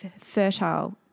fertile